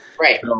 Right